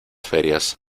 ferias